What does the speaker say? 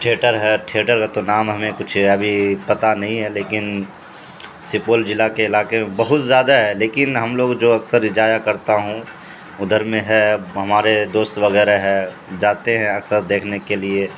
theatre ہے theatre کا تو نام ہمیں کچھ ہے ابھی پتہ نہیں ہے لیکن سپول جلع کے علاقے میں بہت زیادہ ہے لیکن ہم لوگ جو اکثر اجایا کرتا ہوں ادھر میں ہے ہمارے دوست وغیرہ ہے جاتے ہیں اکثر دیکھنے کے لیے